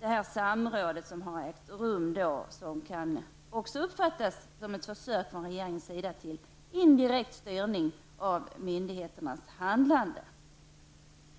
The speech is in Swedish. Det samråd som har ägt rum kan också uppfattas som ett försök från regeringen till indirekt styrning av myndigheternas handlande.